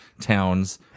towns